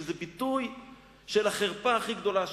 שזה ביטוי של החרפה הכי גדולה,